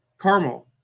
caramel